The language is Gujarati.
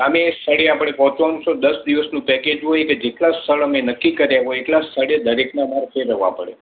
અને સ્થળે આપણે પહોંચવાનું સો દસ દિવસનું પેકેજ હોય અને જેટલાં સ્થળ અમે નક્કી કર્યાં હોય એટલાં સ્થળે દરેકને અમારે ફેરવવા પડે